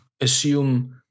assume